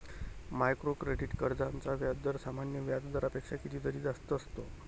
micro credit कर्जांचा व्याजदर सामान्य व्याज दरापेक्षा कितीतरी जास्त असतो